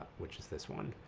which is this one,